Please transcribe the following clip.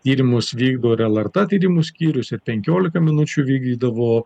tyrimus vykdo ir lrt tyrimų skyrius ir penkiolika minučių vykdydavo